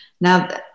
Now